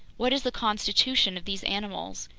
what is the constitution of these animals?